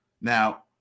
now